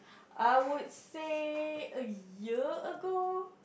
I would say a year ago